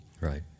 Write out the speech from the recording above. Right